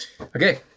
Okay